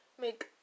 make